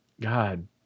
god